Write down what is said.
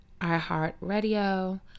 iHeartRadio